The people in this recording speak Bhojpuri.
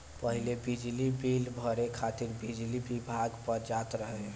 पहिले बिजली बिल भरे खातिर बिजली विभाग पअ जात रहे